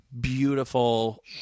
beautiful